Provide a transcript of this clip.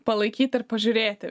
palaikyt ir pažiūrėti